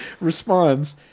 responds